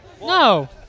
No